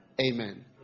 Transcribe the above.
Amen